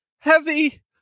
Heavy